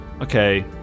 okay